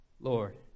Lord